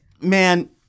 man